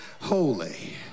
holy